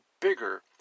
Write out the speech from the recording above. bigger